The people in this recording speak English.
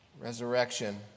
resurrection